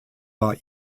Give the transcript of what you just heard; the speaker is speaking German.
war